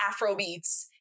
Afrobeats